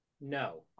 no